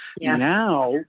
Now